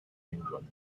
england